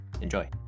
Enjoy